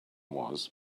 was